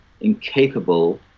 incapable